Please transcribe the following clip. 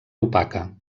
opaca